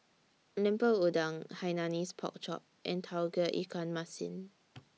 Lemper Udang Hainanese Pork Chop and Tauge Ikan Masin